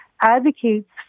advocates